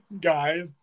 Guys